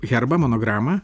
herbą monogramą